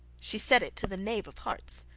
she said it to the knave of hearts,